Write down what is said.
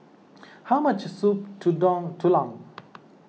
how much Soup Tulang